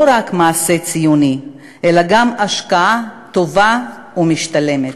רק מעשה ציוני אלא גם השקעה טובה ומשתלמת.